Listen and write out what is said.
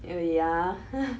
uh yeah